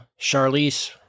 Charlize